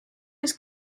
his